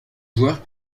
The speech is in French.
joueur